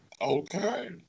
Okay